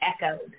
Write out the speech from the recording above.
echoed